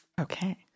Okay